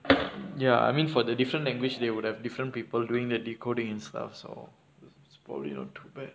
ya I mean for the different language they would have different people doing the decoding and stuff so it's probably not too bad